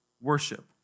worship